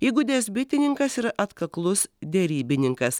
įgudęs bitininkas ir atkaklus derybininkas